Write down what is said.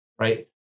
Right